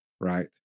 right